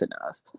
enough